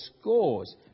scores